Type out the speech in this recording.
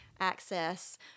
access